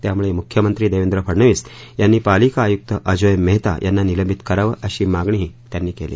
त्यामुळे मुख्यमंत्री देवेंद्र फडणवीस यांनी पालिका आयुक्त अजोय मेहता यांना निलंबित करावं अशी मागणीही त्यांनी केली